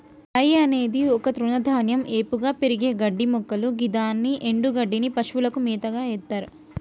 రై అనేది ఒక తృణధాన్యం ఏపుగా పెరిగే గడ్డిమొక్కలు గిదాని ఎన్డుగడ్డిని పశువులకు మేతగ ఎత్తర్